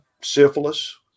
syphilis